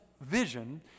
vision